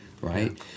right